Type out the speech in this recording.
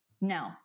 No